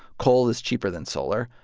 coal is cheaper than solar.